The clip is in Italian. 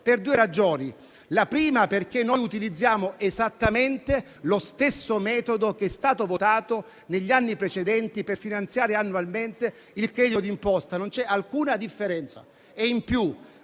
per due ragioni. In merito alla prima, noi utilizziamo esattamente lo stesso metodo che è stato votato negli anni precedenti per finanziare annualmente il credito d'imposta. Non c'è alcuna differenza.